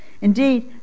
Indeed